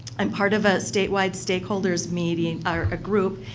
um part of a statewide stakeholders meeting, or a group,